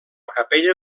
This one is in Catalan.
capella